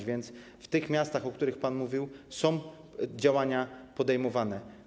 A więc w tych miastach, o których pan mówił, działania są podejmowane.